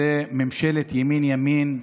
זו ממשלת ימין ימין,